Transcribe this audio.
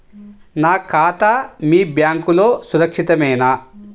నా ఖాతా మీ బ్యాంక్లో సురక్షితమేనా?